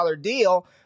deal